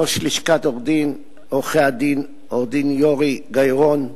ראש לשכת עורכי-הדין עורך-דין יורי גיא-רון,